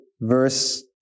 verse